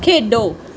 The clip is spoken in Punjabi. ਖੇਡੋ